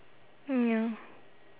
ya